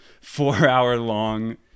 four-hour-long